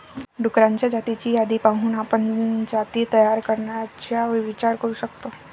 डुक्करांच्या जातींची यादी पाहून आपण जाती तयार करण्याचा विचार करू शकतो